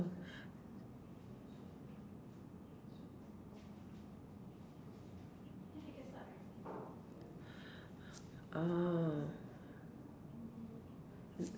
oh